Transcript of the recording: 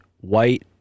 white